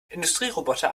industrieroboter